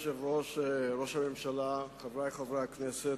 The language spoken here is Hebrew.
אדוני היושב-ראש, ראש הממשלה, חברי חברי הכנסת,